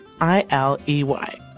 I-L-E-Y